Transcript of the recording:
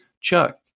Chuck